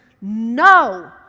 no